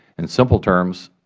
in simple terms,